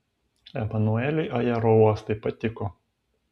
emanueliui aerouostai patiko